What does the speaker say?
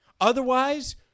Otherwise